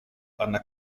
anna